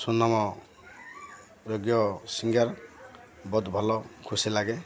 ସୁନାମ ଯୋଗ୍ୟ ସିଙ୍ଗର ବହୁତ ଭଲ ଖୁସି ଲାଗେ